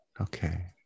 Okay